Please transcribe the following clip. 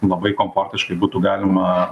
labai komfortiškai būtų galima